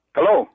Hello